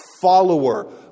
follower